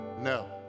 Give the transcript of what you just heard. no